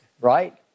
right